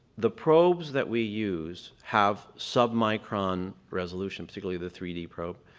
the probes that we use have sub-micron resolution, particularly the three d probe.